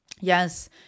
Yes